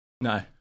No